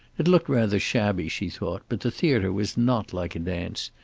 it looked rather shabby, she thought, but the theater was not like a dance,